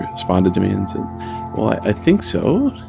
responded to me and i think so.